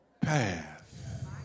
path